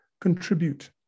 contribute